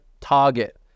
target